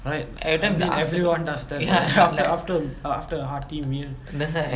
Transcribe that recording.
everytime in the afternoon ya that's why